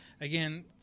again